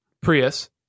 Prius